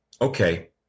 okay